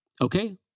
Okay